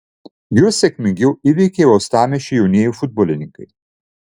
juos sėkmingiau įveikė uostamiesčio jaunieji futbolininkai